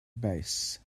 bass